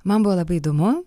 man buvo labai įdomu